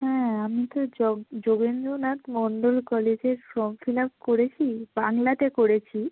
হ্যাঁ আমি তো জগ যোগেন্দ্রনাথ মন্ডল কলেজের ফর্ম ফিল আপ করেছি বাংলাতে করেছি